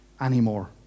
anymore